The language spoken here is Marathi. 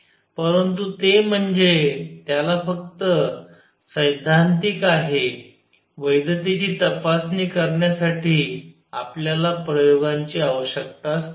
परंतु ते म्हणजे त्याला फक्त सैद्धांतिक आहे वैधतेची तपासणी करण्यासाठी आपल्याला प्रयोगांची आवश्यकता असते